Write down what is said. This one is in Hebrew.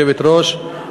גברתי היושבת-ראש,